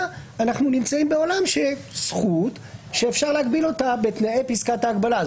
אנחנו נמצאים בעולם שזכות שאפשר להגביל אותה בתנאי פסקת ההגבלה.